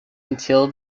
until